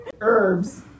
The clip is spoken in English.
herbs